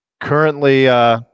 currently